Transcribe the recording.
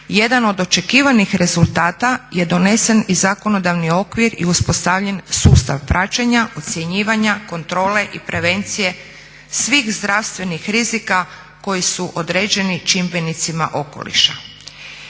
jedan od očekivanih rezultata je donesen i zakonodavni okvir i uspostavljen sustav praćenja, ocjenjivanja, kontrole i prevencije svih zdravstvenih rizika koji su određeni čimbenicima okoliša.